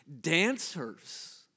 dancers